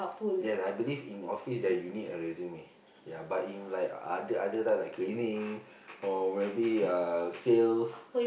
yes I believe in office that you need a resume ya but in like other other type like cleaning or maybe uh sales